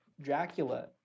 Dracula